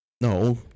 No